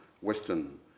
Western